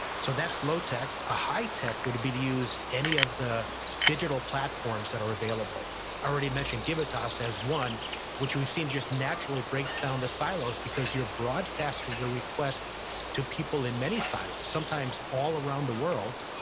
so that's low-tech. a high-tech would be to use any of the digital platforms that are available. already mentioned givitas has one which we've seen just naturally breaks down the silos because you're broadcasting your request to people in many silos, sometimes all around the world.